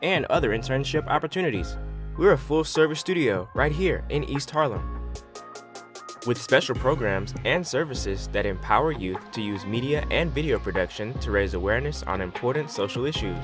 and other internship opportunities we're a full service studio right here in east harlem with special programs and services that empower you to use media and video production to raise awareness on important social issues